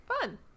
Fun